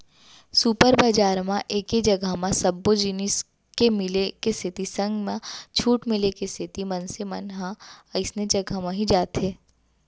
super बजार म एके जघा म सब्बो जिनिस के मिले के सेती संग म छूट मिले के सेती मनसे मन ह अइसने जघा म ही जाथे